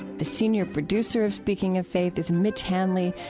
the senior producer of speaking of faith is mitch hanley,